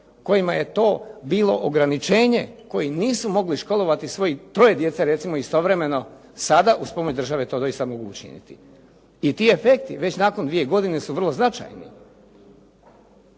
kojima je to bilo ograničenje, koji nisu mogli školovati svojih troje djece recimo istovremeno. Sada uz pomoć države to doista mogu učiniti. I ti efekti već nakon dvije godine su vrlo značajni.